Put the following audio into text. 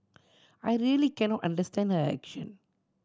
I really cannot understand her action